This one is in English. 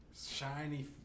Shiny